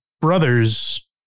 brother's